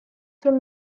from